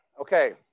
Okay